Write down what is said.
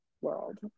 world